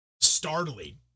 startling